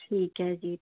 ਠੀਕ ਹੈ ਜੀ